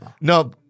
no